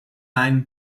line